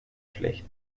schlecht